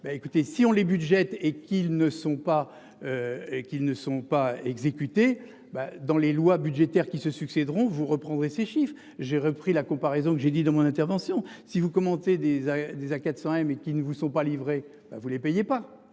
ne sont pas. Et qu'ils ne sont pas exécutées bah dans les lois budgétaires qui se succéderont vous reprendrez ces chiffres. J'ai repris la comparaison que j'ai dit dans mon intervention si vous commentez des des A400M et qui ne vous sont pas livrés à vous les payez pas